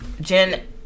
jen